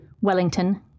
Wellington